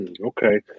Okay